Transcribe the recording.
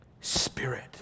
Spirit